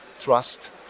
trust